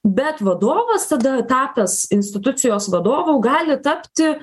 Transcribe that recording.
bet vadovas tada etatas institucijos vadovu gali tapti